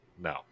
no